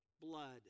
blood